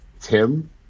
Tim